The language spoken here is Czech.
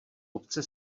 obce